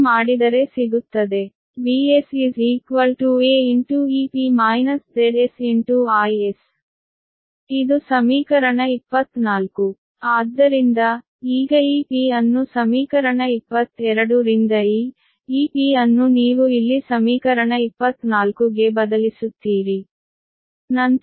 ಹಾಗೆ ಮಾಡಿದರೆ ಸಿಗುತ್ತದೆ VsaEp Zs Is ಇದು ಸಮೀಕರಣ 24 ಆದ್ದರಿಂದ ಈಗ Ep ಅನ್ನು ಸಮೀಕರಣ 22 ರಿಂದ ಈ Ep ಅನ್ನು ನೀವು ಇಲ್ಲಿ ಸಮೀಕರಣ 24 ಗೆ ಬದಲಿಸುತ್ತೀರಿ